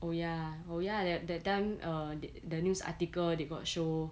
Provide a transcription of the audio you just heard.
oh ya oh ya that time err th~ the news article they got show